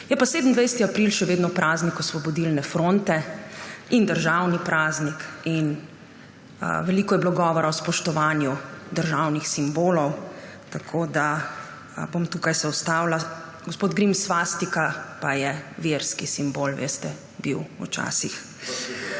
Je pa 27. april še vedno praznik osvobodile fronte in državni praznik. Veliko je bilo govora o spoštovanju državnih simbolov. Tukaj se bom ustavila. Gospod Grims, svastika pa je bil verski simbol, veste, včasih.